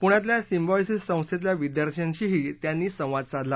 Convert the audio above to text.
पुण्यातल्या सिम्बॉयसीस संस्थेतल्या विद्यार्थ्यांशीही त्यांनी संवाद साधला